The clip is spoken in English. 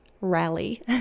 rally